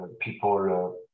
people